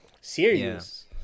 serious